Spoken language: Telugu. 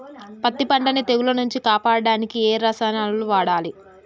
పత్తి పంటని తెగుల నుంచి కాపాడడానికి ఏ రసాయనాలను వాడాలి?